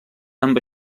amb